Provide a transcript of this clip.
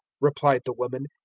replied the woman,